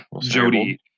Jody